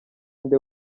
nde